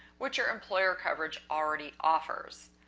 which your employer coverage already offers.